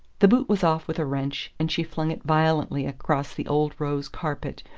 the boot was off with a wrench, and she flung it violently across the old-rose carpet,